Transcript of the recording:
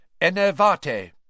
Enervate